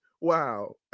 Wow